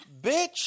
bitch